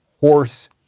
horse